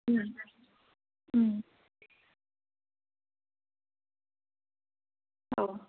औ